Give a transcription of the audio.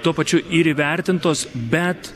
tuo pačiu ir įvertintos bet